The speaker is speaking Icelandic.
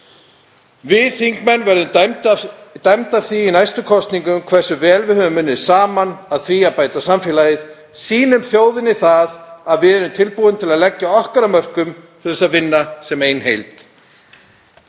Við þingmenn verðum dæmd af því í næstu kosningum um hversu vel við höfum unnið saman að því að bæta samfélagið. Sýnum þjóðinni það að við séum tilbúin til að leggja okkar af mörkum til að vinna sem ein heild.